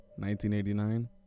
1989